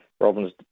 Robin's